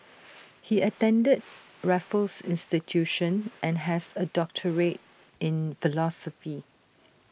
he attended Raffles institution and has A doctorate in philosophy